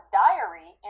diary